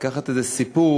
לקחת איזה סיפור